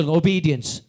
obedience